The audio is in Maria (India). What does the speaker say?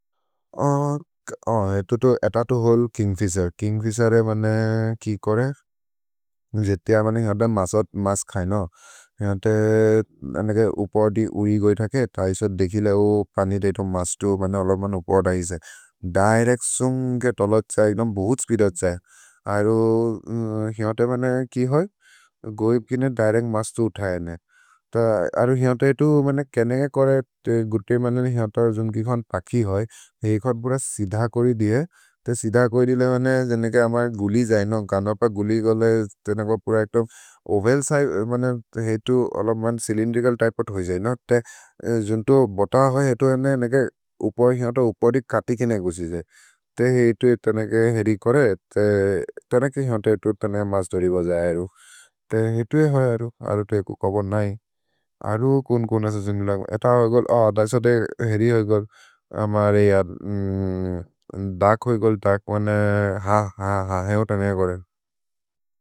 एत तु होल् किन्ग्फिशेर्, किन्ग्फिशेर् ए बने कि कोरे जेतिय बनि हर्त मस् मस् खय्नो हिनते उपर् दि उरि गोइ थके। थैसद् देखिले ओ पनिदे इतो मस् तु बने अलमन् उपर् दैसे दिरेच्त् सुन्ग् के तलछ् छहे। इलोम् बहुत् स्पीदछ् छहे अरु हिनते बने कि होय् गोइ प्किने दिरेच्त् मस् तु उथये ने अरु हिनते इतो केनेके कोरे गुते मनने हिनत सुन्ग् किकोन् पखि होय्। इकोत् बुर सिध कोरि दिये सिध कोरि दिले जनेके अमर् गुलि जय्नो गनपक् गुलि गोले तेन पुर इतोम् ओवल् मनने हितो अलमन् च्य्लिन्द्रिचल् त्य्पे होत् होइ। जय्नो जुन्तो बत होय् हितो जनेके उपर् हिनते उपर् दि कति केने कुछि जय्ने ते हिनते इतो तनेके हरि कोरे तनेके हिनते इतो तने मस् दोरि बजये। अरु ते हितो ए होय् अरु, अरु तो एकु, कोबर् नहि अरु कुन् कुन् असु सिन्गुल एत होय् गुल् अह्, थैसद् देखे हरि होय् गुल् अमरे य दख् होय् गुल् दख् बने ह ह ह, हेनोत ने कोरे।